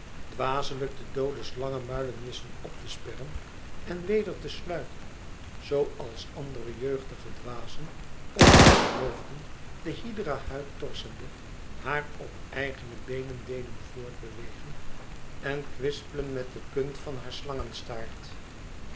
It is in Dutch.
dwazelijk de doode slangemuilen wisten op te sperren en weder te sluiten zoo als andere jeugdige dwazen op hunne hoofden de hydrahuid torsende haar op eigene beenen deden voort bewegen en kwispelen met de punt van haar slangestaart